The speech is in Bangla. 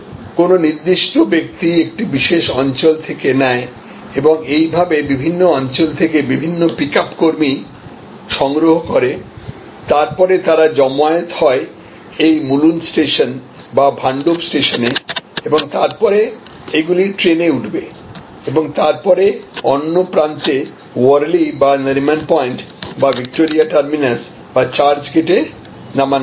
কোনও নির্দিষ্ট ব্যক্তি একটি বিশেষ অঞ্চল থেকে নেয় এবং এইভাবে বিভিন্ন অঞ্চল থেকে বিভিন্ন পিকআপ কর্মী সংগ্রহ করে তারপরে তারা জমায়েত হন এই মুলুন্ড স্টেশন বা ভান্ডুপ স্টেশনে এবং তারপরেএগুলি ট্রেনে উঠবে এবং তারপরে অন্য প্রান্তে ওয়ারলি বা নারিমন পয়েন্ট বা ভিক্টোরিয়া টার্মিনাস বা চার্চ গেটে নামানো হবে